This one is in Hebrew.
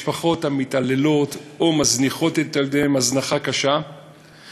משפחות המתעללות או מזניחות את ילדיהן הזנחה קשה,